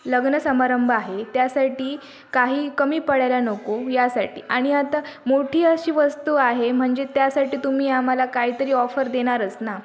लग्नसमारंभ आहे त्यासाठी काही कमी पडायला नको यासाठी आणि आता मोठी अशी वस्तू आहे म्हणजे त्यासाठी तुम्ही आम्हाला काहीतरी ऑफर देणारच ना